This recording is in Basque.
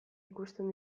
ikusten